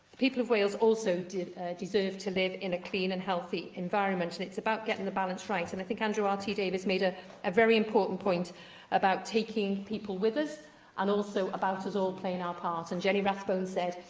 people of wales also deserve to live in a clean and healthy environment, and it's about getting the balance right. and i think andrew r t. davies made ah a very important point about taking people with us and also about us all playing our part. and jenny rathbone said,